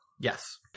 yes